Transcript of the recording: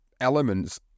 elements